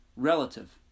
relative